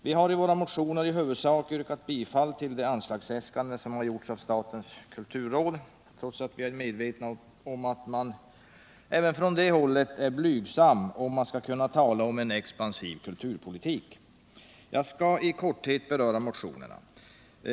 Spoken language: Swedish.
Vi har i våra motioner i huvudsak yrkat bifall till de anslagsäskanden som har gjorts av statens kulturråd, trots att vi är medvetna om att man även från det hållet är för blygsam, om vi skall kunna tala om en expansiv kulturpolitik. Jag skall i korthet beröra motionerna.